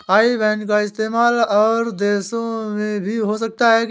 आई बैन का इस्तेमाल और देशों में भी हो सकता है क्या?